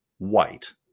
White